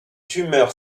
tumeur